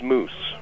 Moose